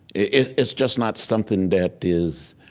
it's it's just not something that is